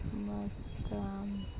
ಮತ್ತು